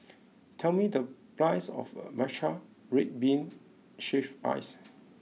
tell me the price of Matcha Red Bean Shaved Ice